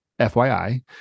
FYI